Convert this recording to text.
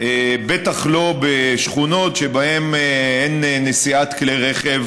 בטח לא בשכונות שבהן אין נסיעת כלי רכב